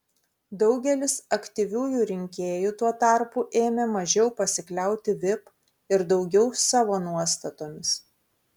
daugelis aktyviųjų rinkėjų tuo tarpu ėmė mažiau pasikliauti vip ir daugiau savo nuostatomis